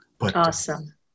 Awesome